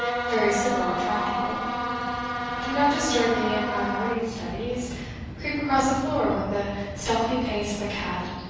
very civil and tractable do not disturb me in my morning studies creep across the floor with the stealthy pace of a cat,